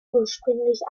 ursprünglich